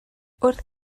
wrth